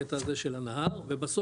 בקטע הזה של הנהר ובסוף,